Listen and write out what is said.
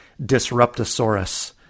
Disruptosaurus